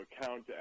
account